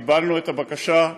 קיבלנו את הבקשה,